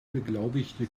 beglaubigte